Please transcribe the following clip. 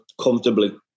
comfortably